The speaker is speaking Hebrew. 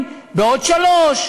שנכון באופן עקרוני,